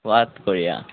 வாத்துக் கோழியா